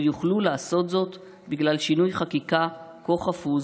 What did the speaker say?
לא יוכלו לעשות זאת בגלל שינוי חקיקה כה חפוז